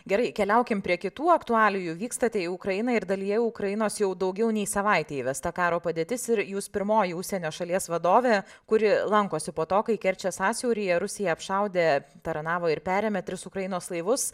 gerai keliaukim prie kitų aktualijų vykstate į ukrainą ir dalyje ukrainos jau daugiau nei savaitė įvesta karo padėtis ir jūs pirmoji užsienio šalies vadovė kuri lankosi po to kai kerčės sąsiauryje rusija apšaudė taranavo ir perėmė tris ukrainos laivus